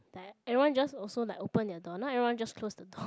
like you know just also like open your door now everyone just close the door